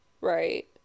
right